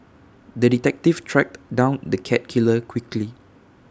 the detective tracked down the cat killer quickly